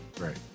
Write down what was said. Right